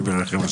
השם ירחם.